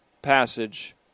Passage